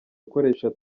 gukoresha